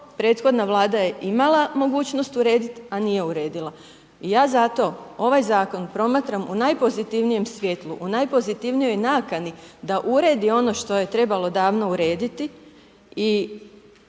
prethodna Vlada je imala mogućnost urediti a nije uredila. I ja za to ovaj zakon promatram u najpozitivnijem, svjetlu, u najpozitivnijoj nakani da ured i ono što je trebalo davno urediti i